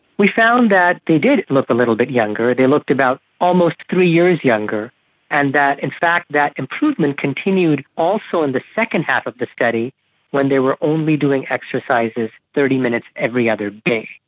we found that they did look a little bit younger, they looked about almost three years younger and that in fact improvement continued also in the second half of the study when they were only doing exercises thirty minutes every other day.